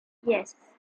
yes